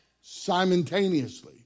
simultaneously